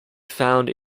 found